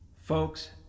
Folks